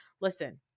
Listen